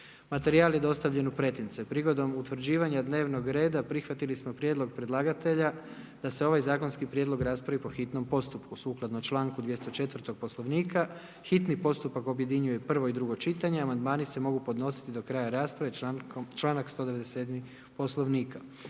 članku 206. Poslovnika prigodom utvrđivanja dnevnog reda prihvaćen je prijedlog predlagatelja da se ovaj zakonski prijedlog raspravi po hitnom postupku, sukladno članku 204. Poslovnika hitni postupak objedinjuje prvo i drugo čitanje. Amandmani se mogu podnositi do kraja rasprave. Raspravu su proveli